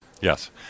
Yes